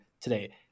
today